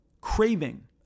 craving